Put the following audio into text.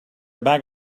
bag